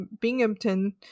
Binghamton